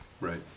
Right